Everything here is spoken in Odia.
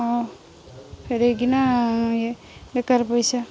ହଁ ଫେରେଇକିନା ଇଏ ବେକାର ପଇସା